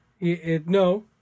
No